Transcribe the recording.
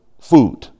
food